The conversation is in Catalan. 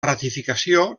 ratificació